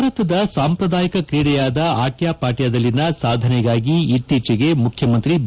ಭಾರತದ ಸಾಂಪ್ರದಾಯಿಕ ಕ್ರೀಡೆಯಾದ ಅಟ್ಯಾಪಟ್ಯಾದಲ್ಲಿನ ಸಾಧನೆಗಾಗಿ ಇತ್ತೀಚೆಗೆ ಮುಖ್ಯಮಂತ್ರಿ ಬಿ